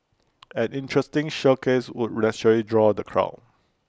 an interesting showcase would naturally draw the crowd